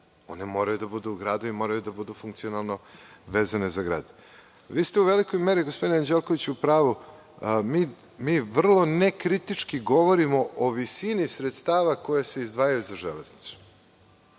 One moraju da budu u gradu i moraju da budu funkcionalno vezane za grad. Vi ste u velikoj meri, gospodine Anđelkoviću, u pravu. Mi vrlo nekritički govorimo o visini sredstava koja se izdvajaju za železnicu.